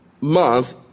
month